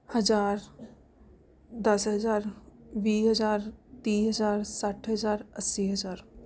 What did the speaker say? ਹਜ਼ਾਰ ਦਸ ਹਜ਼ਾਰ ਵੀਹ ਹਜ਼ਾਰ ਤੀਹ ਹਜ਼ਾਰ ਸੱਠ ਹਜ਼ਾਰ ਅੱਸੀ ਹਜ਼ਾਰ